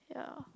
yeah